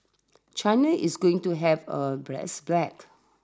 China is going to have a blast black